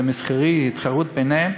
זה מסחרי, ההתחרות היא ביניהן.